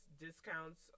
discounts